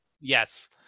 Yes